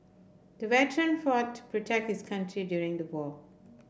the veteran fought to protect his country during the war